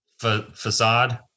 facade